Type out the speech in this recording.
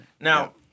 Now